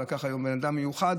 הוא לקח היום בן אדם מיוחד,